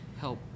Help